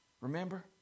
Remember